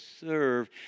serve